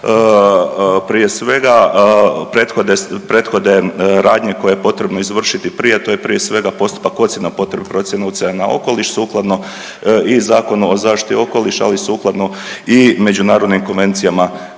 prije svega prethode radnji koju je potrebno izvršiti prije, a to je prije svega postupak ocjena potrebnih procjena utjecaja na okoliš sukladno i Zakonu o zaštiti okoliša, ali sukladno i međunarodnim konvencijama